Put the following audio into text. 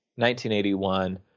1981